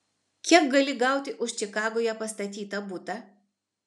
kiek gali gauti už čikagoje pastatytą butą